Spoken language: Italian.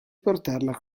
portarla